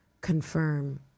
confirm